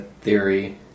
theory